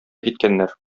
киткәннәр